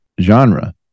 genre